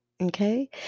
Okay